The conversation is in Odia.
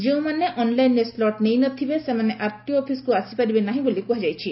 ଯେଉଁମାନେ ଅନ୍ଲାଇନ୍ରେ ସ୍କୁଟ୍ ନେଇନଥିବେ ସେମାନେ ଆର୍ଟିଓ ଅଫିସ୍କୁ ଆସିପାରିବେ ନାହି ବୋଲି କୁହାଯାଇଛି